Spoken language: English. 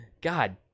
god